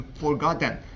forgotten